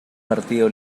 partido